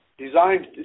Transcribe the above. designed